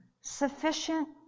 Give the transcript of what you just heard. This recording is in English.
Sufficient